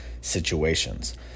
situations